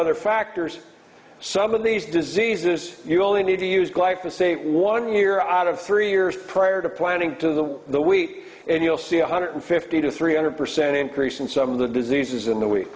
other factors some of these diseases you only need to use glyphosate one year out of three years prior to planning to the the wheat and you'll see one hundred fifty to three hundred percent increase in some of the diseases in the week